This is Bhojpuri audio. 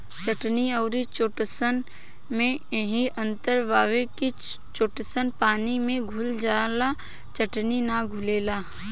चिटिन अउरी चिटोसन में इहे अंतर बावे की चिटोसन पानी में घुल जाला चिटिन ना घुलेला